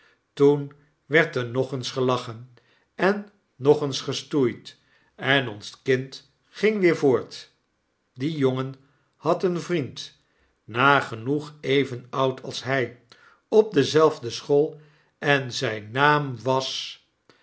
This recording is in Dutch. toen werd er nog eens gelachen en nog eens gestoeid en ons kind ging weer voort a die jongen had een vriend nagenoeg even oud als hij op dezelfde school en zijn naam was